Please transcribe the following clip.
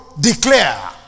declare